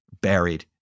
buried